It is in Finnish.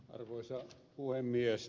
arvoisa puhemies